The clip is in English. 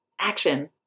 Action